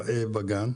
בגן,